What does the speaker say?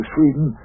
Sweden